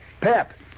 Pep